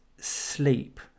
sleep